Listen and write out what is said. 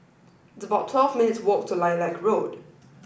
it's about twelve minutes' walk to Lilac Road